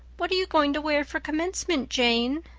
what are you going to wear for commencement, jane?